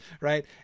right